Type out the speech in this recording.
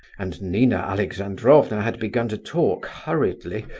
and nina alexandrovna had begun to talk hurriedly,